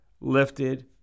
lifted